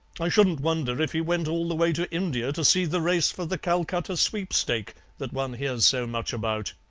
i shouldn't wonder if he went all the way to india to see the race for the calcutta sweepstake that one hears so much about